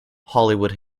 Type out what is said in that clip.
hollywood